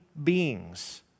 beings